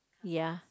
ya